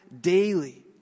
daily